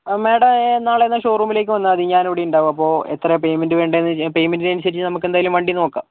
madam നാളെയെന്നാൽ ഷോറൂമിലേക്ക് വന്നാൽ മതി ഞാനിവിടെയുണ്ടാവും അപ്പോൾ എത്രാ പേയ്മെന്റ് വേണ്ടേയെന്നു പേയ്മെന്റിന് അനുസരിച്ചു നമുക്കെന്തായാലും വണ്ടിനോക്കാം